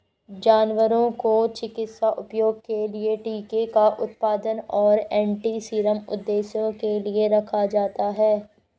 जानवरों को चिकित्सा उपयोग के लिए टीके का उत्पादन और एंटीसीरम उद्देश्यों के लिए रखा जाता है